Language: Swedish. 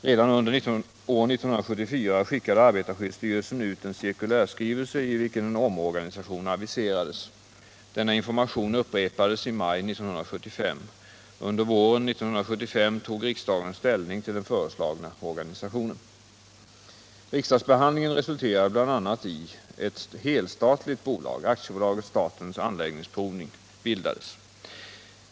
Redan under år 1974 skickade arbetarskyddsstyrelsen ut en cirkulärskrivelse, i vilken en omorganisation aviserades. Denna information upprepades i maj 1975. Under våren 1975 tog riksdagen ställning till den föreslagna organisationen. Riksdagsbehandlingen resulterade bl.a. i att ett helstatligt bolag, AB Statens Anläggningsprovning, bildades.